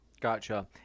Gotcha